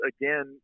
again